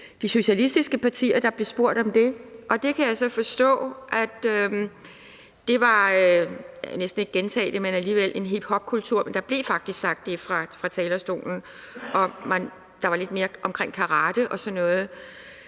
de socialistiske partier, der blev spurgt om det. Jeg kan så forstå, at det var, og jeg kan næsten ikke gentage det, men alligevel, en hiphopkultur, men der blev faktisk sagt det fra talerstolen, og der var lidt mere omkring karate og sådan noget.